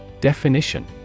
Definition